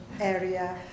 area